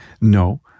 no